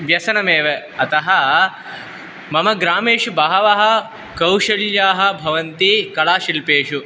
व्यसनमेव अतः मम ग्रामेषु बहवः कौशल्याः भवन्ति कलाशिल्पेषु